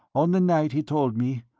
on the night he told me,